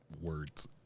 words